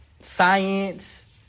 science